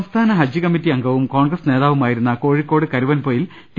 സംസ്ഥാന ഹജ്ജ് കമ്മറ്റി അംഗവും കോൺഗ്രസ് നേതാവുമാ യി രു ന്ന കോഴിക്കോട് കരു വൻപൊ യിൽ ടി